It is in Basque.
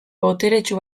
boteretsu